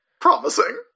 promising